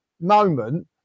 moment